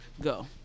go